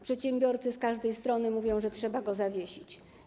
Przedsiębiorcy z każdej strony mówią, że trzeba go zawiesić.